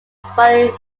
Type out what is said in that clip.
swahili